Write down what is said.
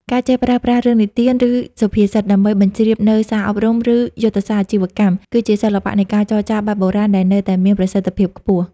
ការចេះប្រើប្រាស់ "រឿងនិទាន ឬសុភាសិត" ដើម្បីបញ្ជ្រាបនូវសារអប់រំ ឬយុទ្ធសាស្ត្រអាជីវកម្ម គឺជាសិល្បៈនៃការចរចាបែបបុរាណដែលនៅតែមានប្រសិទ្ធភាពខ្ពស់។